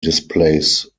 displays